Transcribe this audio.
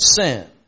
sin